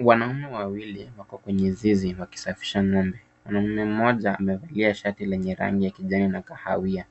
Wanaume wawili, wako kwenye zizi wakisafisha ng'ombe. Mwanaume mmoja amevalia shati lenye rangi ya kijani na kahawia.